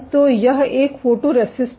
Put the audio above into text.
तो यह एक फोटोरेसिस्ट है